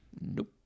nope